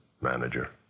manager